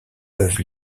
peuvent